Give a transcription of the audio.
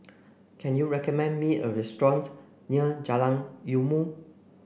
can you recommend me a restaurant near Jalan Ilmu